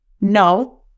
no